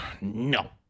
no